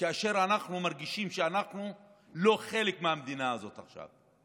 כאשר אנחנו מרגישים שאנחנו לא חלק מהמדינה הזאת עכשיו?